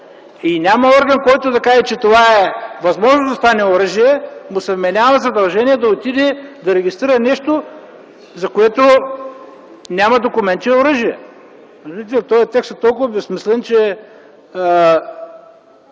и няма орган, който да каже, че това е възможно да стане оръжие, му се вменява задължение да отиде да регистрира нещо, за което няма документ, че е оръжие. Този текст е толкова безсмислен, че